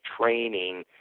training